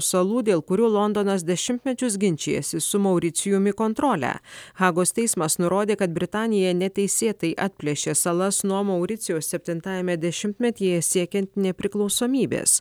salų dėl kurių londonas dešimtmečius ginčijasi su mauricijumi kontrolę hagos teismas nurodė kad britanija neteisėtai atplėšė salas nuo mauricijaus septintajame dešimtmetyje siekiant nepriklausomybės